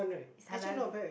is halal